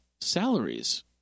salaries